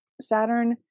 Saturn